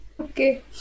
Okay